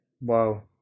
Wow